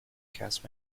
cast